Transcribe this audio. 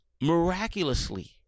miraculously